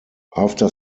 after